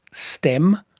stem,